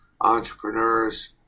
entrepreneurs